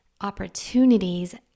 opportunities